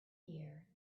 year